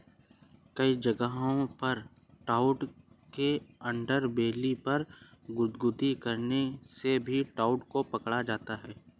कई जगहों पर ट्राउट के अंडरबेली पर गुदगुदी करने से भी ट्राउट को पकड़ा जाता है